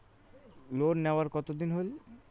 Loan নেওয়ার কতদিন হইল?